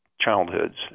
childhoods